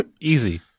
Easy